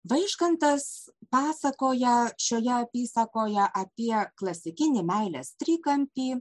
vaižgantas pasakoja šioje apysakoje apie klasikinį meilės trikampį